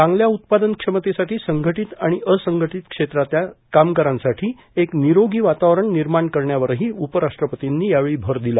चांगल्या उत्पादन क्षमतेसाठी संघटीत आणि असंघटीत क्षेत्रातल्या कामगारांसाठी एक निरोगी वातावरण निर्माण करण्यावरही उपराष्ट्रपतीनी यावेळी भर दिला